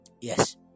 Yes